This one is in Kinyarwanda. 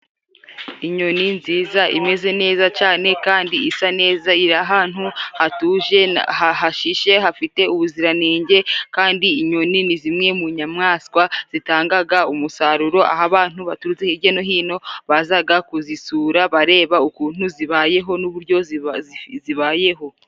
Inyoni nziza imeze neza cane kandi isa neza, iri ahantu hatuje hahashishe hafite ubuziranenge kandi inyoni ni zimwe mu nyamaswa zitangaga umusaruro, aho abantu baturutse hirya no hino bazaga kuzisura bareba ukuntu zibayeho n'uburyo zibayeho.